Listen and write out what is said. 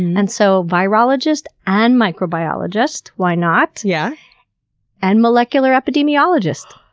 and so, virologist and microbiologist why not? yeah and molecular epidemiologist.